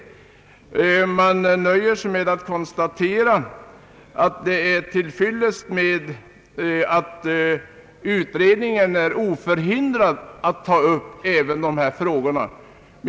Utskottet nöjer sig med att konstatera att det är till fyllest med att utredningen är oförhindrad att ta upp även denna fråga.